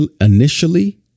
Initially